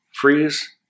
Freeze